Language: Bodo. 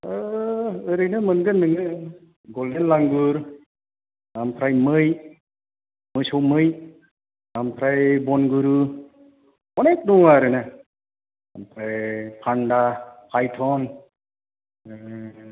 ओरैनो मोनगोन नोङो गलदेन लांगुर ओमफ्राय मै मोसौ मै ओमफ्राय बनगुरु अनेग दङ आरोना ओमफ्राय फानदा फाइथ'न